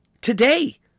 Today